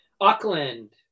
Auckland